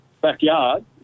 backyard